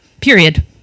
period